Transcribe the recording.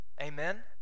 amen